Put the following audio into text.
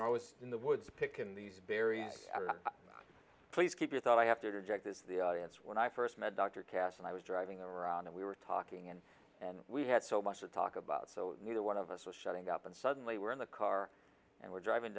imp i was in the woods picking these various please keep your thought i have to interject this the audience when i first met dr kass and i was driving around and we were talking and and we had so much to talk about so neither one of us was shutting up and suddenly we're in the car and we're driving